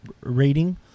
rating